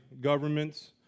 governments